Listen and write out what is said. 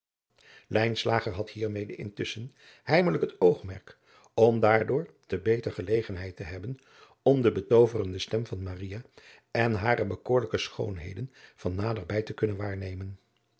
intusschen heimelijk het oogmerk om daardoor te beter gelegenheid te hebben om de betooverende stem van maria en hare bekoorlijke schoonheden van nader bij te kunnen waarnemen